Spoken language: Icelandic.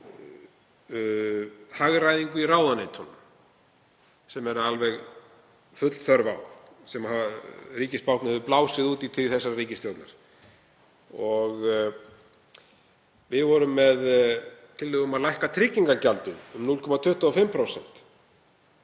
hagræðingu í ráðuneytunum, sem er alveg full þörf á, ríkisbáknið hefur blásið út í tíð þessarar ríkisstjórnar, og við vorum með tillögu um að lækka tryggingagjald um 0,25%,